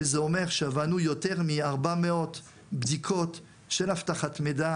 שזה אומר שעברנו יותר מ-400 בדיקות של אבטחת מידע